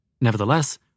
Nevertheless